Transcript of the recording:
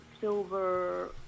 silver